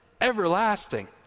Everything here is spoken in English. everlasting